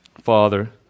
Father